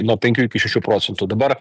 nuo penkių iki šešių procentų dabar